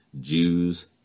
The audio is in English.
Jews